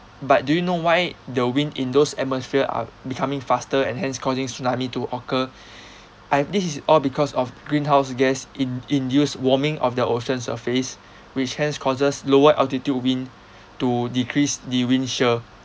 but do you know why the wind in those atmosphere are becoming faster and hence causing tsunami to occur I've this is all because of greenhouse gas in~ induced warming of the ocean surface which hence causes lower altitude wind to decrease the wind shear